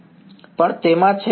વિદ્યાર્થી પણ તે માં છે